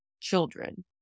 children